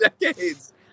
decades